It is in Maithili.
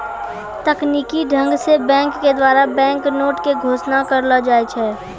तकनीकी ढंग से बैंक के द्वारा बैंक नोट के घोषणा करलो जाय छै